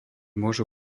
môžu